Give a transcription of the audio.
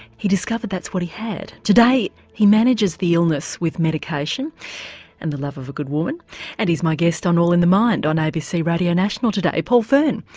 he discovered that's what he had. today he manages the illness with medication and the love of a good woman and he's my guest on all in the mind on abc radio national today. paul fearne,